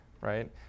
right